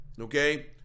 Okay